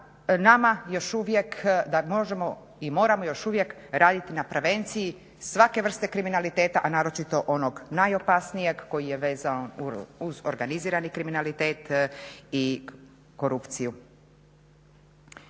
nama još uvijek da možemo i moramo još uvijek raditi na prevenciji svake vrste kriminaliteta, a naročito onog najopasnijeg koji je vezan uz organizirani kriminalitet i korupciju.